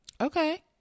Okay